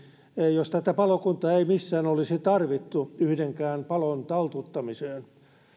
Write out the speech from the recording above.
jos tätä palokuntaa ei missään olisi tarvittu yhdenkään palon taltuttamiseen